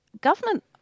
government